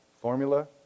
formula